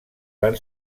van